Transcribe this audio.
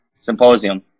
Symposium